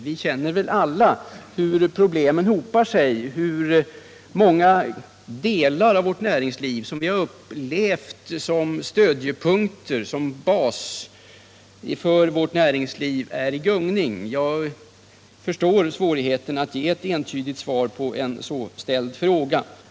Vi känner väl alla hur problemen hopar sig, hur många delar av vårt näringsliv — som vi har upplevt som stödjepunkter, som bas för näringslivet — är i gungning. Jag förstår alltså svårigheterna att ge ett entydigt svar på en sålunda ställd fråga.